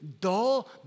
dull